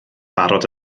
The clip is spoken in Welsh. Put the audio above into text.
barod